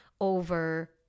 over